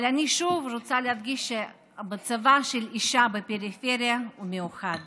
אבל אני שוב רוצה להדגיש שמצבה של אישה בפריפריה הוא מיוחד